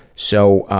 so,